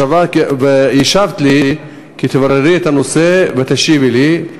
השבת לי כי תבררי את הנושא ותשיבי לי.